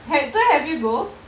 have so have you go